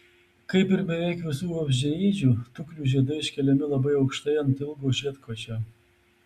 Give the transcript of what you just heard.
kaip ir beveik visų vabzdžiaėdžių tuklių žiedai iškeliami labai aukštai ant ilgo žiedkočio